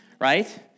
Right